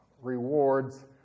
rewards